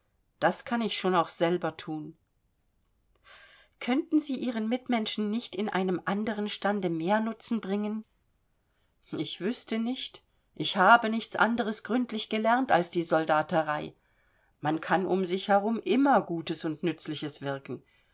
das kann ich schon auch selber thun könnten sie ihren mitmenschen nicht in einem anderen stande mehr nutzen bringen ich wüßte nicht ich habe nichts anderes gründlich gelernt als die soldaterei man kann um sich herum immer gutes und nützliches wirken